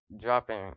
Dropping